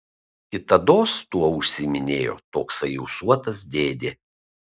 kitados tuo užsiiminėjo toksai ūsuotas dėdė